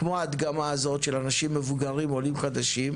כמו ההדגמה הזאת של אנשים מבוגרים עולים חדשים,